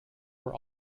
were